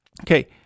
okay